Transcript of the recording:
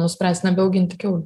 nuspręs nebeauginti kiaulių